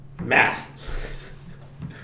Math